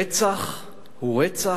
רצח הוא רצח,